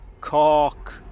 cock